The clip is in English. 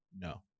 No